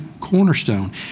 cornerstone